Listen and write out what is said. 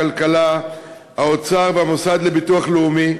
הכלכלה והאוצר והמוסד לביטוח לאומי,